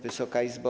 Wysoka Izbo!